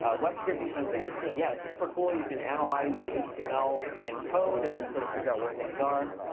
ah web scraping sounds interesting. yeah, it's super cool. you can analyze the html in code, and then sort of figure out where things are.